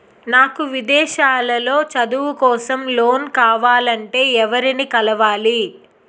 నాకు విదేశాలలో చదువు కోసం లోన్ కావాలంటే ఎవరిని కలవాలి?